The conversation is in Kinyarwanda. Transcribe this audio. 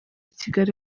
kigali